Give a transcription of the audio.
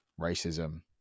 racism